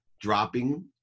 dropping